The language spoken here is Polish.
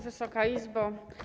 Wysoka Izbo!